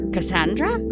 Cassandra